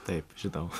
taip žinau